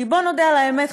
כי בואן נודה על האמת,